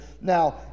now